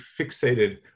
fixated